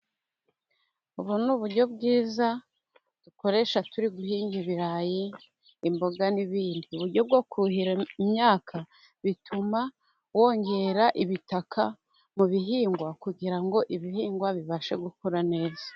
Ubu ni uburyo bwiza dukoresha turi guhinga ibirayi, imboga n'ibindi. Uburyo bwo kuhira imyaka, bituma wongera bitaka mu bihingwa kugira ngo ibihingwa bibashe gukura neza.